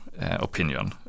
opinion